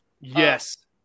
Yes